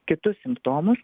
kitus simptomus